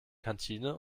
kantine